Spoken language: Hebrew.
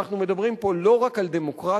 אנחנו מדברים פה לא רק על דמוקרטיה,